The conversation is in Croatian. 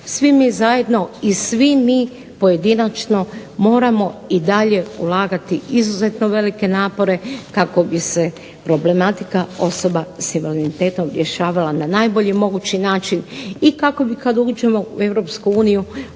svi mi zajedno i svi mi pojedinačno moramo i dalje ulagati izuzetno velike napore kako bi se problematika osoba s invaliditetom rješavala na najbolji mogući način i kako bi kad uđemo u